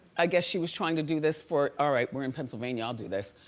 i guess she was trying to do this for, all right, we're in pennsylvania, i'll do this.